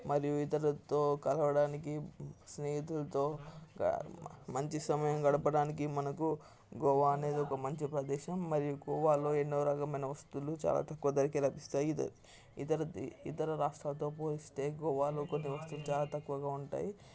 మరియు ఇతరులతో కలవడానికి స్నేహితులతో మంచి సమయం గడపడానికి మనకు గోవా అనేది ఒక మంచి ప్రదేశం మరియు గోవాలో ఎన్నో రకమైన వస్తువులు చాలా తక్కువ ధరకే లభిస్తాయి ఇతర ఇతర ఇతర రాష్ట్రాలతో పోలిస్తే గోవాలో కొన్ని వస్తువులు చాలా తక్కువగా ఉంటాయి